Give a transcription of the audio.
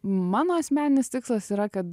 mano asmeninis tikslas yra kad